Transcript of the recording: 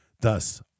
Thus